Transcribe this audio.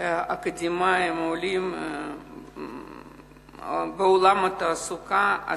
עולים אקדמאים בעולם התעסוקה,